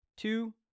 Two